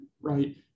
right